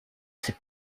ces